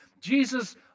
Jesus